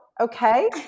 okay